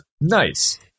Nice